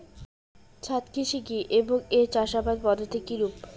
ছাদ কৃষি কী এবং এর চাষাবাদ পদ্ধতি কিরূপ?